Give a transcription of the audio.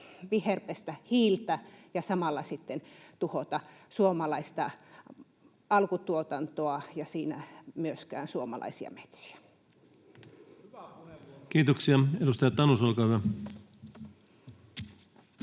viherpestä hiiltä ja samalla sitten tuhota suomalaista alkutuotantoa ja siinä myöskään suomalaisia metsiä. Kiitoksia. — Edustaja Tanus, olkaa hyvä.